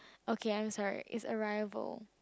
okay I am sorry is arrival